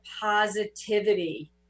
positivity